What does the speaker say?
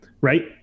Right